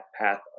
path